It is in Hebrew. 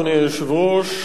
אדוני היושב-ראש,